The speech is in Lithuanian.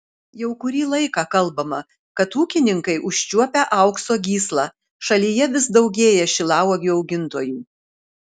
jau kurį laiką kalbama kad ūkininkai užčiuopę aukso gyslą šalyje vis daugėja šilauogių augintojų